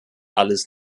alles